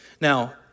Now